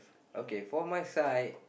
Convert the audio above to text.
okay for my side